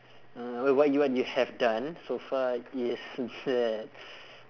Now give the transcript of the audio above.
uh what you what you have done so far is that